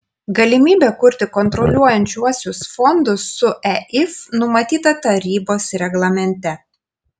galimybė kurti kontroliuojančiuosius fondus su eif numatyta tarybos reglamente